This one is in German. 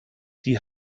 die